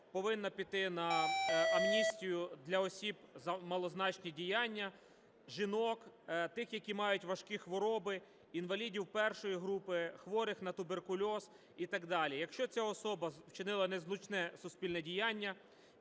повинна піти на амністію для осіб за малозначні діяння: жінок, тих, які мають важкі хвороби, інвалідів I групи, хворих на туберкульоз і так далі. Якщо ця особа вчинила незначне суспільне діяння,